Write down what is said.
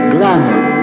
Glamour